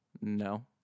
No